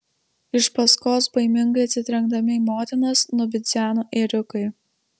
iš paskos baimingai atsitrenkdami į motinas nubidzeno ėriukai